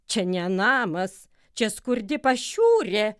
čia ne namas čia skurdi pašiūrė